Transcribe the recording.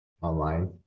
online